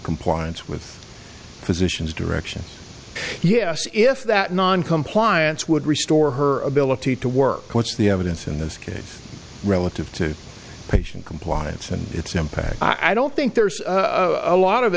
compliance with physicians direction yes if that noncompliance would restore her ability to work what's the evidence in this case relative to patient compliance and its impact i don't think there's a lot of